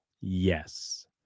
yes